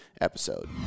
episode